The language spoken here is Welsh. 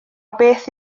beth